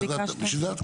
אז בשביל זה את כאן.